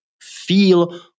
feel